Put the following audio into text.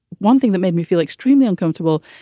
one thing that made me feel extremely uncomfortable.